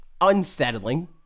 unsettling